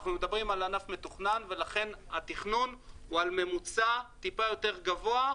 אנחנו מדברים על ענף מתוכנן ולכן התכנון הוא על ממוצע טיפה יותר גבוה,